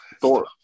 Thor